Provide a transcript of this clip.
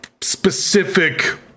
specific